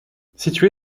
situé